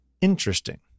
Interesting